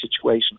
situation